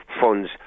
funds